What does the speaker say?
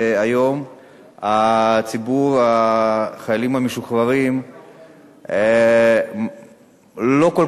ציבור החיילים המשוחררים היום לא כל